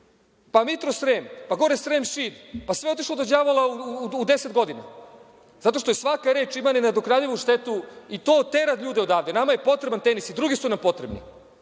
pa „Mitrosrem“, pa gore Srem Šid, pa sve otišlo do đavola u deset godina. Zato što svaka reč ima nenadoknadivu štetu i to tera ljude odavde. Nama je potreban „Tenis“ i drugi su nam potrebni.